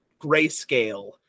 grayscale